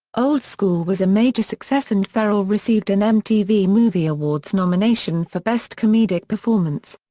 old school was a major success and ferrell received an mtv movie awards nomination for best comedic performance.